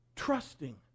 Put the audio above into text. trusting